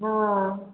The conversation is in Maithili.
हँ